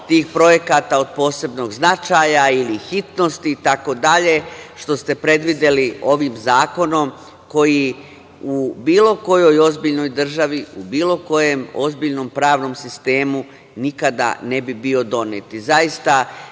tih projekata od posebnog značaja ili hitnosti itd, što ste predvideli ovim zakonom koji u bilo kojoj ozbiljnoj državi, u bilo kojem ozbiljnom pravnom sistemu nikada ne bi bio donet. Zaista